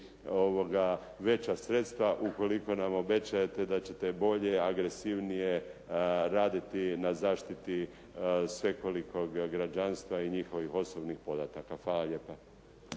veća sredstva ukoliko nam obećajete da ćete bolje, agresivnije raditi na zaštiti svekolikog građanstva i njihovih osobnih podataka. Hvala lijepa.